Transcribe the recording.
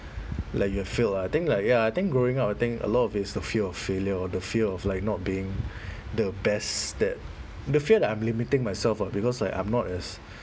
like you have failed lah I think like ya I think growing up I think a lot of this the fear of failure or the fear of not being the best that the fear that I'm limiting myself ah because like I'm not as